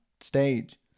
stage